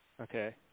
Okay